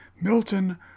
Milton